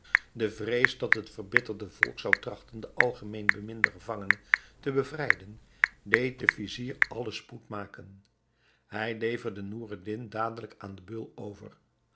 de vrees dat het verbitterde volk zou trachten den algemeen beminden gevangene te bevrijden deed den vizier allen spoed maken hij leverde noureddin dadelijk aan den beul over